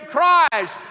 Christ